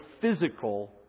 physical